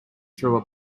through